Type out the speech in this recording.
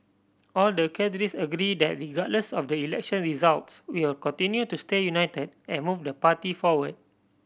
all the cadres agree that regardless of the election results we'll continue to stay united and move the party forward